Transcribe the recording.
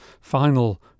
final